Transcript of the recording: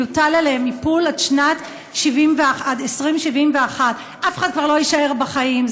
יוטל עליהם איפול עד 2071. אף אחד כבר לא יישאר בחיים,